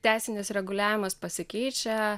teisinis reguliavimas pasikeičia